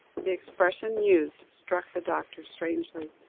the expression used, struck the doctor strangely.